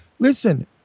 Listen